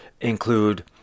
include